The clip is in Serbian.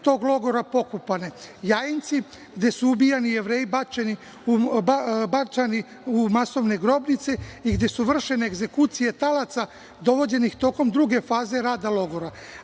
tog logora pokopane, Jajinci, gde su ubijeni Jevreji, bacani u masovne grobnice i gde su vršene egzekucije talaca dovođenih tokom druge faze rada logora,